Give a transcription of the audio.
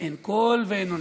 אין קול ואין עונה,